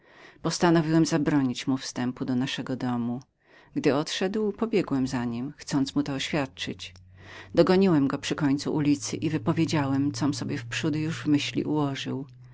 chciałem zabronić mu wstępu do naszego domu gdy odszedł pobiegłem za nim chcąc mu to oświadczyć dogoniłem go przy końcu ulicy i wypowiedziałem com był sobie wprzódy już w myśli ułożył